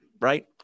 right